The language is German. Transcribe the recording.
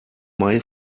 may